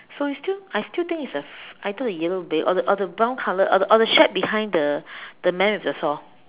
so it's still I still think is a either a yellow bed or the or the brown colour or the or the shack behind the the man with the saw